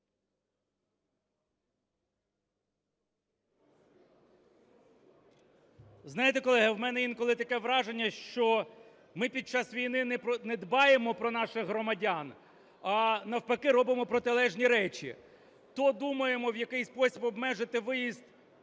Знаєте, колеги, в мене інколи таке враження, що ми під час війни не дбаємо про наших громадян, а, навпаки, робимо протилежні речі. То думаємо, в який спосіб обмежити виїзд